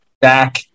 back